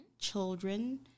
children